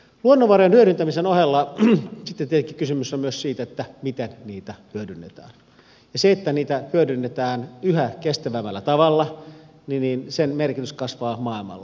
luonnonvarojen hyödyntämisen ohella sitten tietenkin kysymys on myös siitä miten niitä hyödynnetään ja sen että niitä hyödynnetään yhä kestävämmällä tavalla merkitys kasvaa maailmalla